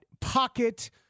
pocket